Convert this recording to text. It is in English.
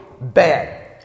bad